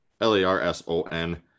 l-a-r-s-o-n